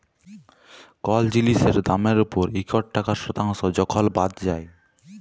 call জিলিসের দামের উপর ইকট টাকা শতাংস যখল বাদ যায়